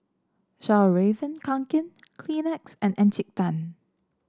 Fjallraven Kanken Kleenex and Encik Tan